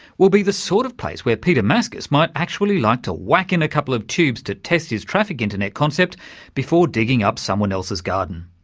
will be the sort of place where peter maskus might actually like to whack in a couple of tubes and test his traffic internet concept before digging up someone else's garden.